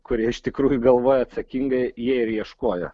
kurie iš tikrųjų galvojo atsakingai jie ir ieškojo